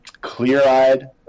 clear-eyed